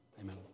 amen